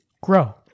grow